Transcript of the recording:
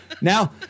Now